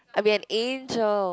I'll be an angel